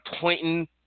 pointing